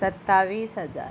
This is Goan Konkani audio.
सत्तावीस हजार